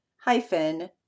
hyphen